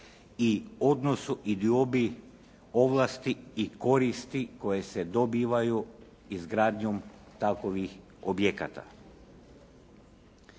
i odnosu i diobi ovlasti i koristi koje se dobivaju izgradnjom takovih objekata.